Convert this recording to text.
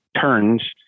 turns